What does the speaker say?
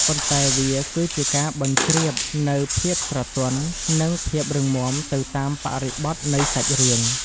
ប៉ុន្តែវាគឺជាការបញ្ជ្រាបនូវភាពស្រទន់ និងភាពរឹងមាំទៅតាមបរិបទនៃសាច់រឿង។